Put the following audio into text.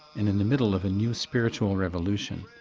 and in the middle of a new spiritual revolution.